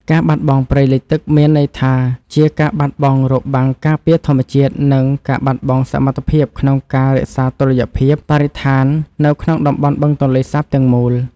ការបាត់បង់ព្រៃលិចទឹកមានន័យថាជាការបាត់បង់របាំងការពារធម្មជាតិ និងការបាត់បង់សមត្ថភាពក្នុងការរក្សាតុល្យភាពបរិស្ថាននៅក្នុងតំបន់បឹងទន្លេសាបទាំងមូល។